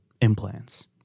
implants